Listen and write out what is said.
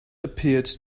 appeared